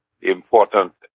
important